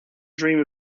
dream